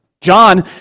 John